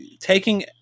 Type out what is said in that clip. taking